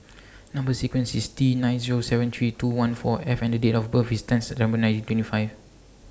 Number sequence IS T nine Zero seven three two one four F and Date of birth IS ten September nineteen twenty five